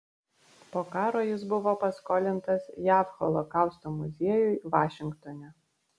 po karo jis buvo paskolintas jav holokausto muziejui vašingtone